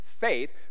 faith